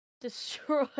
destroy